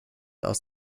aus